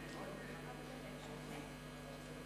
עוד לא הפעלתי, נא